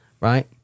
right